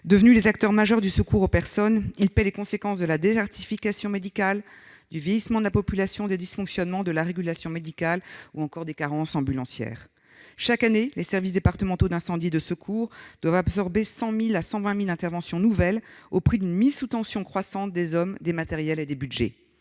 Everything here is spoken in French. Devenus les acteurs majeurs du secours aux personnes, les sapeurs-pompiers paient les conséquences de la désertification médicale, du vieillissement de la population, des dysfonctionnements de la régulation médicale ou encore des carences ambulancières. Chaque année, les services départementaux d'incendie et de secours (SDIS) doivent absorber entre 100 000 et 120 000 interventions nouvelles, au prix d'une mise sous tension croissante des hommes, des matériels et des budgets.